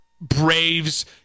Braves